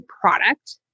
product